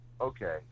Okay